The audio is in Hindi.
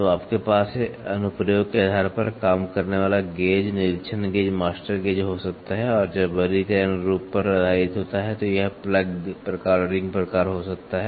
तो आपके पास अनुप्रयोगके आधार पर काम करने वाला गेज निरीक्षण गेज मास्टर गेज हो सकता है और जब वर्गीकरण रूप पर आधारित होता है तो यह प्लग प्रकार और रिंग प्रकार हो सकता है